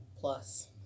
plus